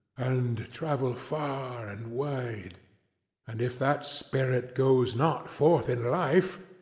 and travel far and wide and if that spirit goes not forth in life,